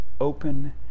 open